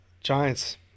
Giants